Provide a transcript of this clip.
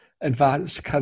advanced